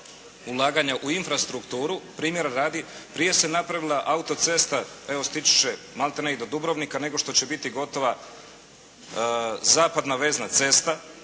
ulaganja u infrastrukturu. Primjera radi, prije se napravila autocesta, evo stići će maltene i do Dubrovnika, nego što će biti gotova zapadna vezna cesta.